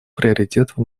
приоритетов